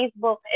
Facebook